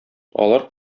алар